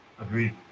Agreed